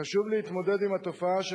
חשוב להתמודד עם התופעה של